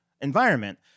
environment